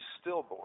stillborn